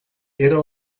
era